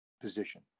position